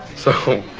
so,